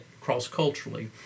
cross-culturally